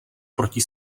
proti